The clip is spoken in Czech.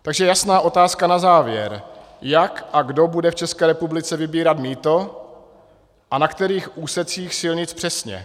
Takže jasná otázka na závěr: Jak a kdo bude v České republice vybírat mýto a na kterých úsecích silnic přesně?